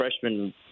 freshman